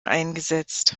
eingesetzt